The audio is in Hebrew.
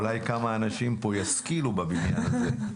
אולי כמה אנשים פה ישכילו בבניין הזה.